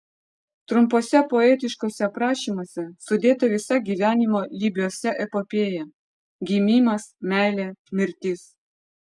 trumpuose poetiškuose aprašymuose sudėta visa gyvenimo lybiuose epopėja gimimas meilė mirtis